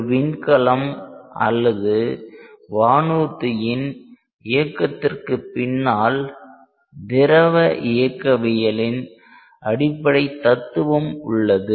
ஒரு விண்கலம் அல்லது வானூர்தியின் இயக்கத்திற்கு பின்னால் திரவ இயக்கவியலின் அடிப்படை தத்துவம் உள்ளது